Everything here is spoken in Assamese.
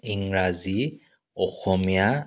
ইংৰাজী অসমীয়া